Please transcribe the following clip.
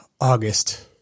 August